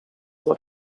were